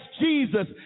Jesus